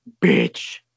bitch